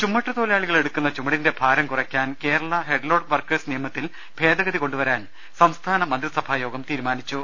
ചുമട്ടുതൊഴിലാളികൾ എടുക്കുന്ന ചുമടിന്റെ ഭാരം കുറക്കാൻ കേരള ഹെഡ്ലോഡ് വർക്കേഴ്സ് നിയമത്തിൽ ഭേദഗതി കൊണ്ടുവരാൻ സംസ്ഥാന മന്ത്രിസഭായോഗം തീരുമാനിച്ചു